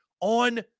On